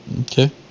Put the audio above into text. Okay